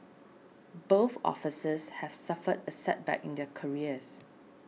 both officers have suffered a setback in their careers